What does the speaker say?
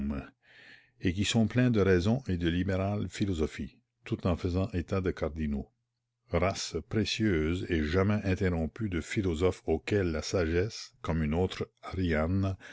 et qui sont pleins de raison et de libérale philosophie tout en faisant état des cardinaux race précieuse et jamais interrompue de philosophes auxquels la sagesse comme une autre ariane